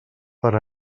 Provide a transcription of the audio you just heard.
per